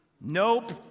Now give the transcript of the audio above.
Nope